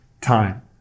time